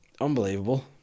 Unbelievable